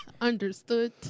Understood